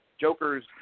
Joker's